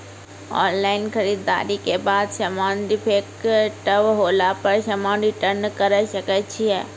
Online खरीददारी के बाद समान डिफेक्टिव होला पर समान रिटर्न्स करे सकय छियै?